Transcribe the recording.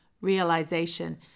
realization